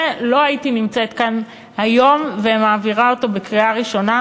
לא הייתי נמצאת כאן היום ומעבירה אותו בקריאה ראשונה.